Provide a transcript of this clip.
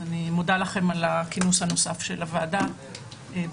אז אני מודה לכם על הכינוס הנוסף של הוועדה בפגרה.